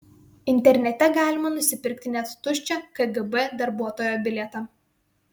internete galima nusipirkti net tuščią kgb darbuotojo bilietą